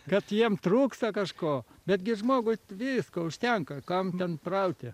kad jiem trūksta kažko betgi žmogui visko užtenka kam ten rauti